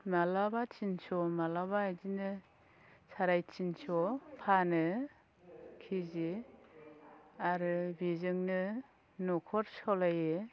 मालाबा थिनस' मालाबा इदिनो साराय थिनस' फानो किजि आरो बिजोंनो नखर सालायो